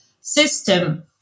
system